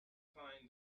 find